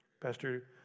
Pastor